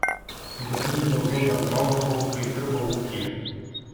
su lietuviais daugiau bendraudavau kai dirbau ūkyje